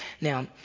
Now